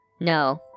No